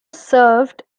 served